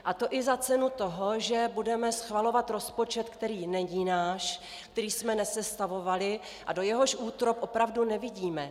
A to i za cenu toho, že budeme schvalovat rozpočet, který není náš, který jsme nesestavovali a do jehož útrob opravdu nevidíme.